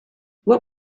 what